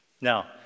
Now